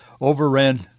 overran